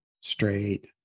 straight